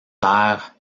terre